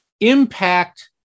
impact